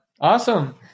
Awesome